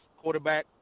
quarterback